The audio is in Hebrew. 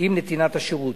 עם נתינת השירות.